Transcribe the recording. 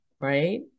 right